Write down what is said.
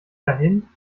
dahin